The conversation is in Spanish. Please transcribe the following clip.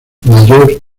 mayor